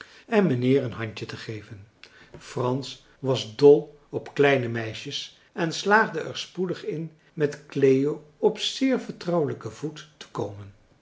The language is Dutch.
en meneer een handje te geven frans was dol op kleine meisjes en slaagde er spoedig in met cleo op zeer vertrouwelijken voet te komen